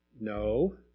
No